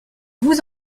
vous